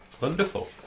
Wonderful